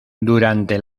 durante